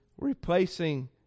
Replacing